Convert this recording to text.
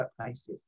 workplaces